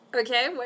Okay